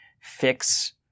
fix